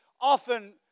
often